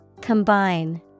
Combine